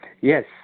Yes